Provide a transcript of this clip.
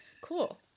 Cool